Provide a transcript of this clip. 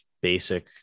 basic